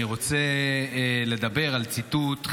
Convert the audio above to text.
אני רוצה לדבר על ציטוט,